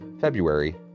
February